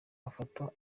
mafoto